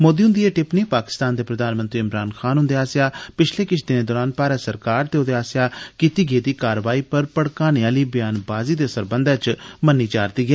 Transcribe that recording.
मोदी हृंदी एह टिप्पणी पाकिस्तान दे प्रधानमंत्री ईमरान खान हंदे आस्सैआ पिछले किश दिनें दौरान भारत सरकार ते ओहदे आस्सैआ कीती गेदी कारवाई पर भड़काने आहली ब्यानबाजी दे सरबंधा इच मन्नी जा रदी ऐ